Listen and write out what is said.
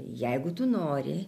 jeigu tu nori